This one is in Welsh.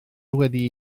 wedi